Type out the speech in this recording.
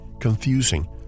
confusing